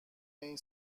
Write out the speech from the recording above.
این